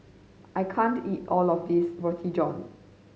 I can't eat all of this Roti John